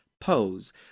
Pose